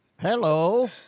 Hello